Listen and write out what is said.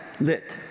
lit